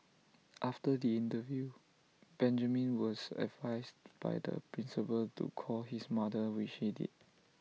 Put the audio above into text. after the interview Benjamin was advised by the principal to call his mother which he did